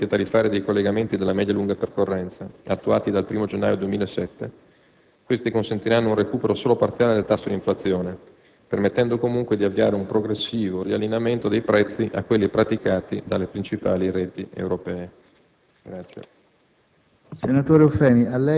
Per quanto concerne, invece, gli aumenti tariffari dei collegamenti della media/lunga percorrenza attuati dal 1° gennaio 2007, questi consentiranno un recupero solo parziale del tasso di inflazione, permettendo, comunque, di avviare un progressivo riallineamento dei prezzi a quelli praticati dalle principali reti europee.